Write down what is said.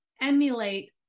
emulate